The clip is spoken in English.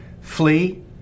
Flee